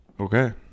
Okay